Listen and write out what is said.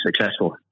successful